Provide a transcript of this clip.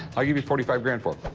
i'll give you forty five grand for it.